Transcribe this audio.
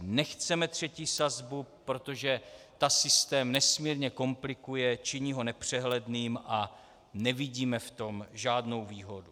Nechceme třetí sazbu, protože ta systém nesmírně komplikuje, činí ho nepřehledným a nevidíme v tom žádnou výhodu.